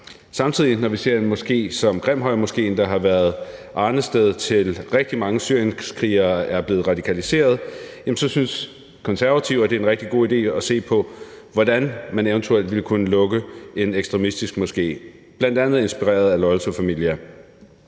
samtidig ser, at en moské som Grimhøjmoskéen har været et arnested for rigtig mange syrienskrigere, som er blevet radikaliseret, så synes Konservative, det er en rigtig god idé at se på, hvordan man eventuelt ville kunne lukke en ekstremistisk moské, bl.a. inspireret af Loyal To Familia.